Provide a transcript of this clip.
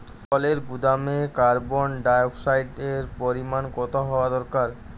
ফলের গুদামে কার্বন ডাই অক্সাইডের পরিমাণ কত হওয়া দরকার?